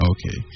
Okay